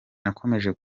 nakomeje